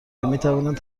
میتوانند